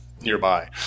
nearby